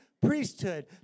priesthood